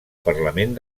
parlament